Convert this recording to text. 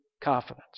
confidence